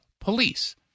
police